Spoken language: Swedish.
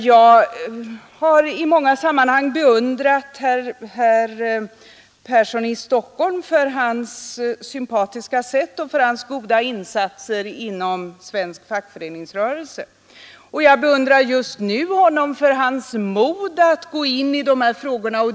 Man har visserligen haft en överläggning kring de här frågorna.